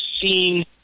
seen